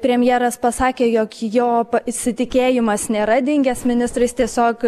premjeras pasakė jog jo pasitikėjimas nėra dingęs ministrais tiesiog